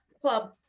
club